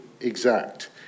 exact